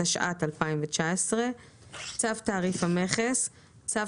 התשע"ט 2019 ; "צו תעריף המכס"- צו